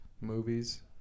Movies